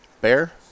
bear